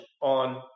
on